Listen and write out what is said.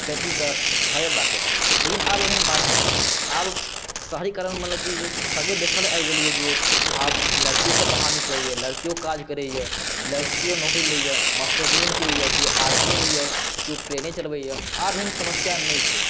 बेटीकेँ घरेमे राखैत रहै लेकिन आब एहन बात नहि छै आब शहरीकरण मतलब कि सगरे देखैमे आबि रहलए जे आब लड़कियोसभ बाहर निकलैए लड़कियो काज करैए लड़कियो नौकरी लैए मास्टरनिएमे किओ होइए किओ आर्मीएमे यए किओ प्लेने चलबैए आब एहन समस्या नहि छै